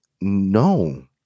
no